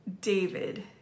David